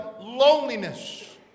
loneliness